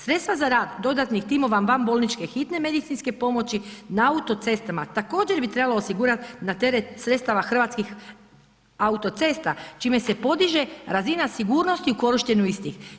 Sredstva za rad dodatnih timova van bolničke hitne medicinske pomoći na autocestama također bi trebalo osigurat na teret sredstava Hrvatskih autocesta čime se podiže razina sigurnosti u korištenju istih.